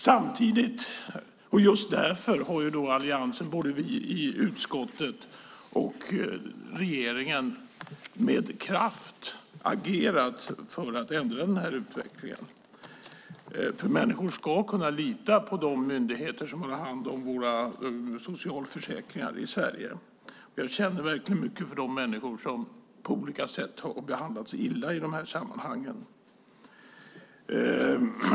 Samtidigt och just därför har alliansen både i utskottet och i regeringen med kraft agerat för att ändra den här utvecklingen. Människor ska kunna lita på de myndigheter som har hand om våra socialförsäkringar i Sverige. Jag känner verkligen mycket för de människor som på olika sätt har behandlats illa i de här sammanhangen.